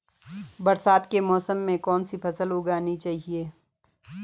बरसात के मौसम में कौन सी फसल उगानी चाहिए?